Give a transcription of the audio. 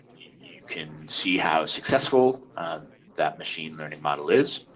you can see how successful that machine learning model is.